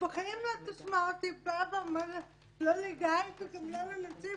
בחיים לא תשמע אותי באה ואומרת לא לגיא וגם לא לנציב,